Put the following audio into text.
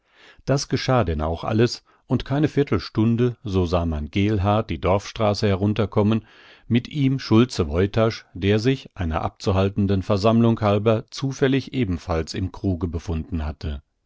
das geschah denn auch alles und keine viertelstunde so sah man geelhaar die dorfstraße herunter kommen mit ihm schulze woytasch der sich einer abzuhaltenden versammlung halber zufällig ebenfalls im kruge befunden hatte